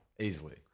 easily